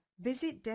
visit